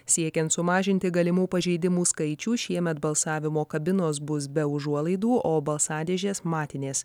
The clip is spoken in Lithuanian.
siekiant sumažinti galimų pažeidimų skaičių šiemet balsavimo kabinos bus be užuolaidų o balsadėžės matinės